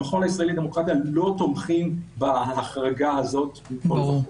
במכון הישראלי לדמוקרטיה לא תומכים בהחרגה הזאת מכל וכל.